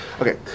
Okay